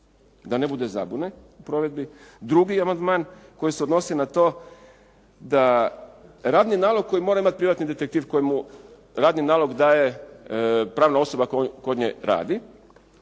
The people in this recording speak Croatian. da ne bude zabune u provedbi. Drugi amandman koji se odnosi na to da radni nalog koji mora imati privatni detektiv kojemu radni nalog daje pravna osoba koja kod nje radi,